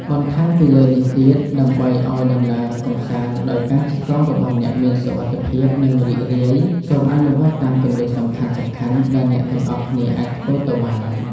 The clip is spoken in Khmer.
បន្ថែមពីលើនេះទៀត ដើម្បីឱ្យដំណើរកម្សាន្តដោយការជិះកង់របស់អ្នកមានសុវត្ថិភាព និងរីករាយ សូមអនុវត្តតាមគន្លឹះសំខាន់ៗដែលអ្នកទាំងអស់គ្នាអាចធ្វើទៅបាន។